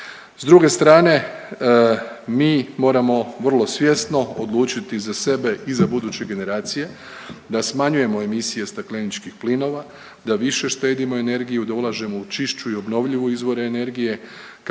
S druge strane mi moramo vrlo svjesno odlučiti za sebe i za buduće generacije da smanjujemo emisije stakleničkih plinova, da više štedimo energiju, da ulažemo u čišću i obnovljivi izvor energije